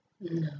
No